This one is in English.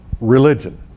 religion